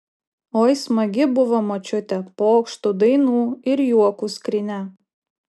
oi smagi buvo močiutė pokštų dainų ir juokų skrynia